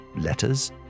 letters